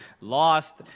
Lost